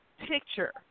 picture